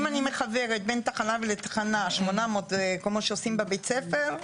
אם אני מחברת בין תחנה לתחנה 800 כמו שעושים בבית ספר,